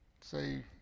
say